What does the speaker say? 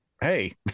hey